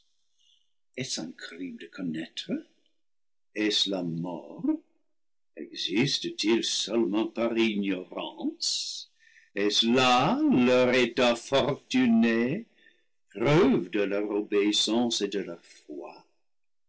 de connaître est-ce la mort existe-t-il seulement par ignorance est-ce là leur état fortuné preuve de leur obéissance et de leur foi